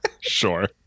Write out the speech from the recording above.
Sure